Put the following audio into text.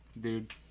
Dude